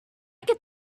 get